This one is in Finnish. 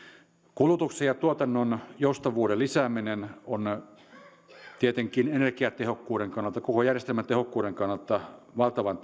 kulutuksen ja tuotannon joustavuuden lisääminen on tietenkin energiatehokkuuden kannalta ja koko järjestelmän tehokkuuden kannalta valtavan